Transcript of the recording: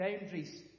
boundaries